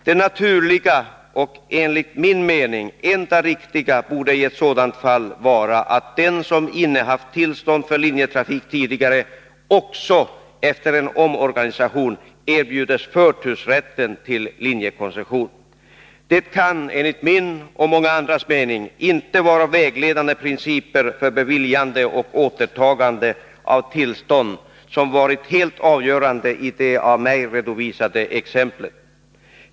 Det naturliga och enligt min mening enda riktiga borde i ett sådant fall vara att den som tidigare innehaft tillstånd för linjetrafik också efter en omorganisation erbjuds förtursrätten till linjekoncession. Det kan, enligt min och många andras mening, inte vara vägledande principer för beviljande och återtagande av tillstånd som varit helt avgörande i det av mig redovisade exemplet.